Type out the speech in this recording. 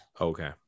Okay